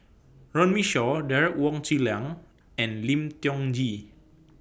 Runme Shaw Derek Wong Zi Liang and Lim Tiong Ghee